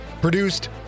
Produced